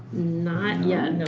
not yet,